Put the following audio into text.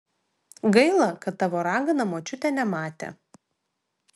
gaila kad tavo ragana močiutė nematė